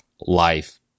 life